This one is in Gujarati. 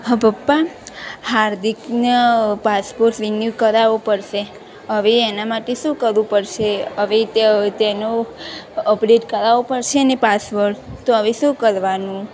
હા પપ્પા હાર્દિકને પાસપોસ રિન્યૂ કરાવવો પડશે હવે એના માટે શું કરવું પડશે હવે તેનો અપડેટ કરાવવો પડશે ને પાસવડ તો હવે શું કરવાનું